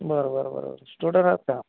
बरं बरं बरं बरं स्टुडंट आहात का